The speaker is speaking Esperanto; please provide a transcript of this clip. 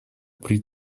pri